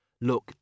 Look